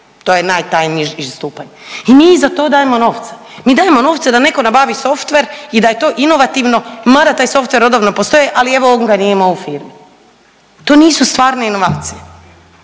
to je najtajniji stupanj. I mi za to dajemo novce, mi dajemo novce da neko nabavi softver i da je to inovativno mada taj softver odavno postoji, ali evo on ga nije imao u firmi. To nisu stvarne inovacije.